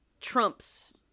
Trump's